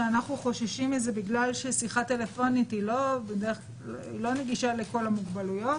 שאנו חוששים מזה כי שיחה טלפונית לא נגישה לכל המוגבלויות,